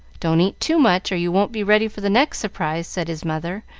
don't eat too much, or you won't be ready for the next surprise, said his mother,